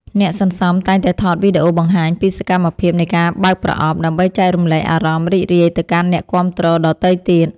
អ្នកសន្សំតែងតែថតវីដេអូបង្ហាញពីសកម្មភាពនៃការបើកប្រអប់ ដើម្បីចែករំលែកអារម្មណ៍រីករាយទៅកាន់អ្នកគាំទ្រដទៃទៀត។